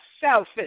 selfish